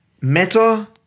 meta